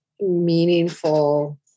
meaningful